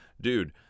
dude